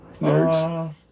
Nerds